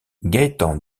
gaëtan